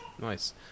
Nice